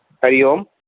हरिः ओम्